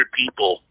people